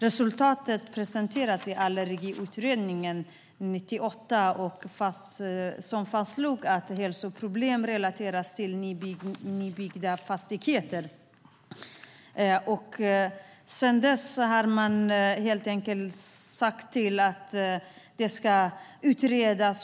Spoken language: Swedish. Resultatet presenterades i Allergiutredningen 1989, som fastslog att hälsoproblemen relaterades till nybyggda fastigheter. Sedan dess har man helt enkelt sagt att det ska utredas.